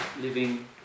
living